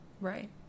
Right